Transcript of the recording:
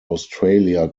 australia